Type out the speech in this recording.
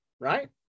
right